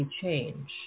change